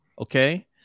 Okay